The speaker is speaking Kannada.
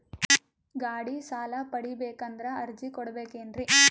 ಗಾಡಿ ಸಾಲ ಪಡಿಬೇಕಂದರ ಅರ್ಜಿ ಕೊಡಬೇಕೆನ್ರಿ?